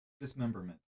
dismemberment